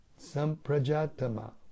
samprajatama